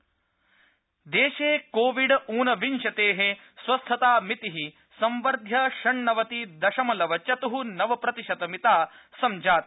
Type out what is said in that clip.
Covid update देशे covid ऊनविंशतेः स्वस्थतामितिः संवर्ध्य षण्णवति दशमलव चतुः नवप्रतिशतमिता संजाता